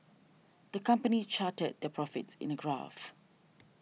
the company charted their profits in a graph